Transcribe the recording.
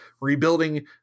rebuilding